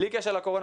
בלי קשר לקורונה,